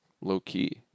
low-key